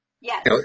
Yes